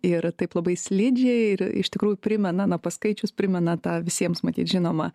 ir taip labai slidžiai ir iš tikrų primena na paskaičius primena tą visiems matyt žinomą